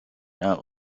not